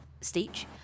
stage